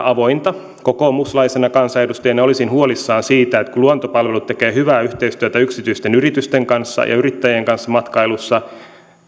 avointa kokoomuslaisena kansanedustajana olisin huolissani siitä että kun luontopalvelut tekee hyvää yhteistyötä yksityisten yritysten kanssa ja yrittäjien kanssa matkailussa